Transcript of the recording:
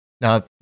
Now